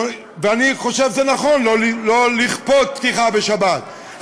אני חושב שזה נכון לא לכפות פתיחה בשבת,